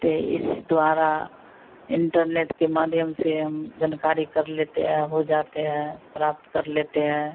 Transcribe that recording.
तो इस द्वारा इन्टरनेट के माध्यम से हम जानकारी कर लेते हैं हो जाते हैं प्राप्त कर लेते हैं